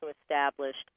established